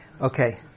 Okay